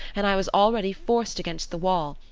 and i was already forced against the wall,